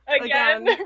again